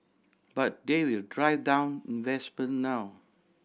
but they will drive down investment now